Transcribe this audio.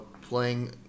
playing